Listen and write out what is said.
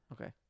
Okay